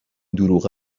دروغ